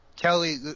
Kelly